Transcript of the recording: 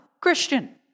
Christian